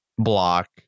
block